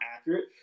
accurate